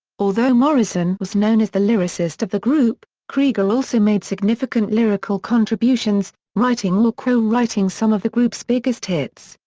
although morrison was known as the lyricist of the group, krieger also made significant lyrical contributions, writing or co-writing some of the group's biggest hits,